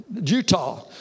Utah